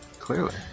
Clearly